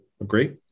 Agree